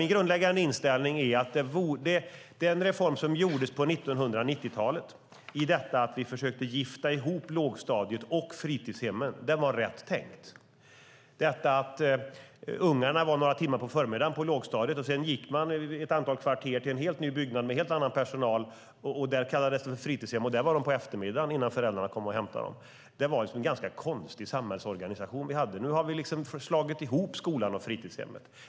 Min grundläggande inställning är att den reform som gjordes på 1990-talet där man försökte gifta ihop lågstadiet och fritidshemmen var rätt tänkt. Tidigare var ungarna några timmar på förmiddagen på lågstadiet och sedan gick de ett antal kvarter till en ny byggnad, fritidshemmet, med helt annan personal, och där var de på eftermiddagen innan föräldrarna kom och hämtade dem. Det var en ganska konstig samhällsorganisation vi hade. Nu har vi slagit ihop skolan och fritidshemmet.